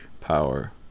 power